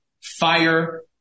fire